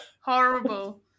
Horrible